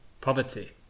poverty